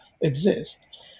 exist